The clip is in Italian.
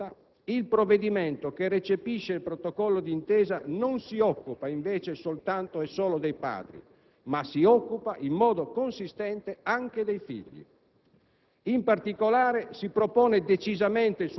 Da questo punto di vista, quindi, e per la prima volta, il provvedimento, che recepisce il Protocollo di intesa, non si occupa soltanto dei padri, ma si occupa in modo consistente anche dei figli.